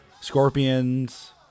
Scorpions